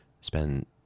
spend